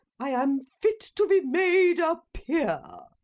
i am fit to be made a peer.